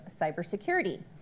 cybersecurity